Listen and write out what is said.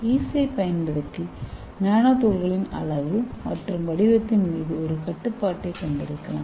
ஈஸ்டைப் பயன்படுத்தி நானோதுகள்களின் அளவு மற்றும் வடிவத்தின் மீது ஒருகட்டுப்பாட்டைக் கொண்டிருக்கலாம்